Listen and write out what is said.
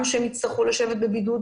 שהם יצטרכו לשבת בבידוד,